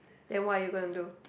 then what are you going to do